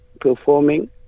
performing